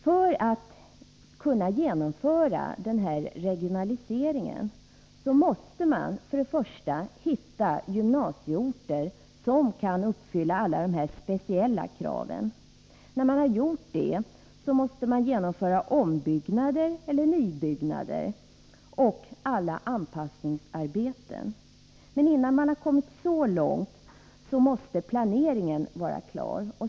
För att kunna genomföra den här regionaliseringen måste man först hitta gymnasieorter som kan uppfylla dessa speciella krav. När man har gjort det, måste man genomföra ombyggnader eller nybyggnader och alla anpassningsarbeten. Men innan man har kommit så långt, måste planeringen vara klar.